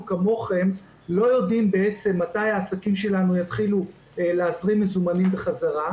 כולנו ישבנו בוועדה הזו בינואר השנה,